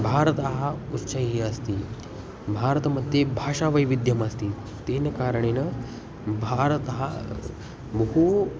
भारताः उच्चैः अस्ति भारतमध्ये भाषावैविध्यमस्ति तेन कारणेन भारतः बहु